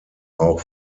auch